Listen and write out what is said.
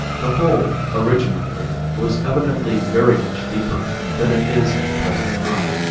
the hole, originally, was evidently very much deeper than it is at the present time,